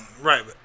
Right